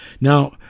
now